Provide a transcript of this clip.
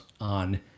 on